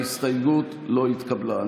ההסתייגות לא התקבלה.